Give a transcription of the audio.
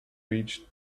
reach